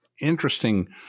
interesting